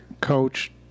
Coach